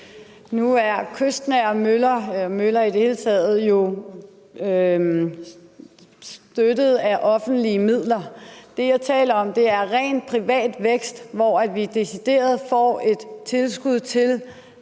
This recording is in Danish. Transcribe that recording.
hele taget jo støttet af offentlige midler. Det, jeg taler om, er ren privat vækst, hvor vi decideret får et tilskud til